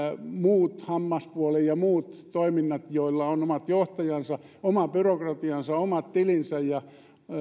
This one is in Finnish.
muut hammaspuolen ja muut toiminnat joilla on omat johtajansa oma byrokratiansa omat tilinsä ja